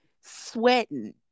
sweating